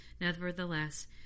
Nevertheless